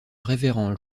révérend